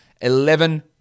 eleven